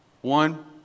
One